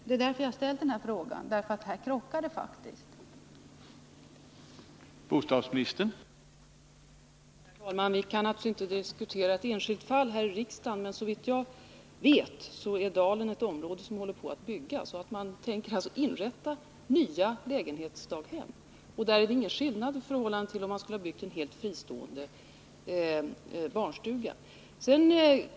Det är därför jag har ställt frågan — här krockar faktiskt anvisningarna.